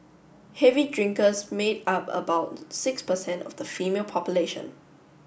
heavy drinkers made up about six percent of the female population